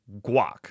GUAC